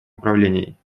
управлений